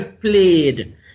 played